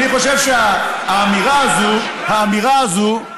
אני חושב שהאמירה הזאת, האמירה הזאת,